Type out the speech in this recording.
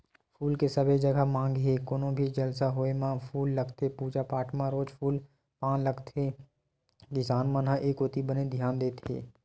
फूल के सबे जघा मांग हे कोनो भी जलसा होय म फूल लगथे पूजा पाठ म रोज फूल पान लगत हे किसान मन ह ए कोती बने धियान देत हे